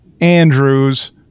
Andrews